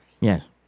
Yes